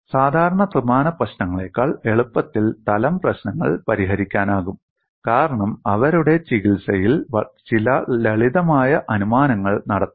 സാധാരണ ത്രിമാന പ്രശ്നങ്ങളേക്കാൾ എളുപ്പത്തിൽ തലം പ്രശ്നങ്ങൾ പരിഹരിക്കാനാകും കാരണം അവരുടെ ചികിത്സയിൽ ചില ലളിതമായ അനുമാനങ്ങൾ നടത്താം